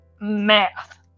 math